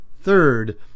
third